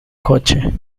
coche